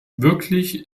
wirklich